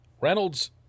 Reynolds